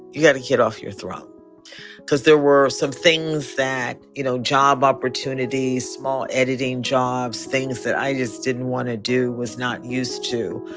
you've got to get off your throne because there were some things that you know, job opportunities, small editing jobs, things that i just didn't want to do, was not used to.